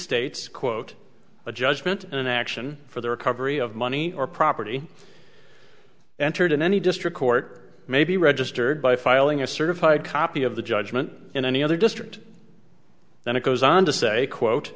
states quote a judgment in an action for the recovery of money or property entered in any district court may be registered by filing a certified copy of the judgment in any other district then it goes on to say quote